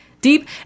deep